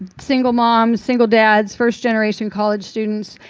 single moms, single dads, first generation college students,